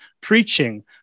preaching